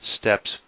steps